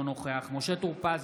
אינו נוכח משה טור פז,